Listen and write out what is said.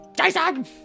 Jason